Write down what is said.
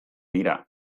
dira